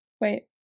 Wait